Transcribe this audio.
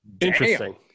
Interesting